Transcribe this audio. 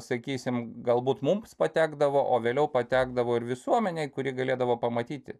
sakysim galbūt mums patekdavo o vėliau patekdavo ir visuomenei kuri galėdavo pamatyti